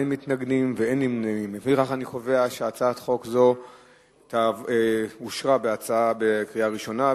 ההצעה להעביר את הצעת חוק מקורות אנרגיה (תיקון) (הגנת הסביבה,